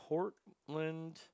Portland